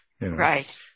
Right